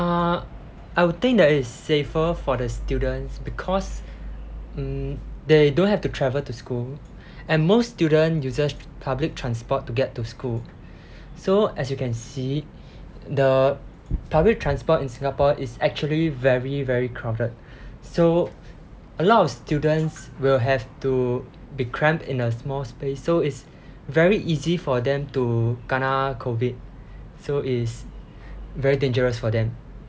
err I would think that it is safer for the students because mm they don't have to travel to school and most student uses public transport to get to school so as you can see the public transport in singapore is actually very very crowded so a lot of students will have to be cramped in a small space so it's very easy for them to kena COVID so it is very dangerous for them